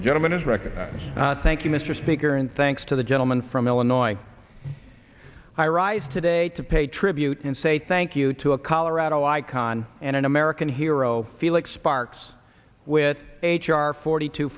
the gentleman is recognized thank you mr speaker and thanks to the gentleman from illinois hi rise today to pay tribute and say thank you to a colorado icon and an american hero felix sparks with h r forty two